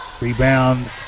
Rebound